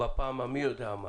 בפעם המי יודע מה